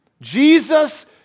Jesus